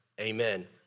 Amen